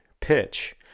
pitch